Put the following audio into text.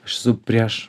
aš esu prieš